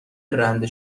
رنده